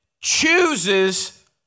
chooses